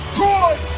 Troy